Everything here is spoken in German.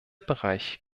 bereich